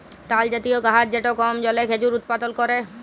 তালজাতীয় গাহাচ যেট কম জলে খেজুর উৎপাদল ক্যরে